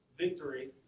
victory